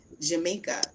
Jamaica